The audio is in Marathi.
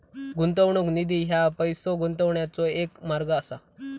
गुंतवणूक निधी ह्या पैसो गुंतवण्याचो एक मार्ग असा